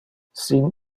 sin